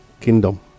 kingdom